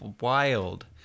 wild